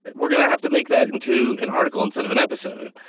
we're going to have to make that into an article instead of an episode.